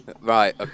Right